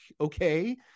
Okay